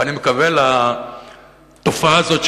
ואני מכוון לתופעה הזאת,